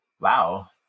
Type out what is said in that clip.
wow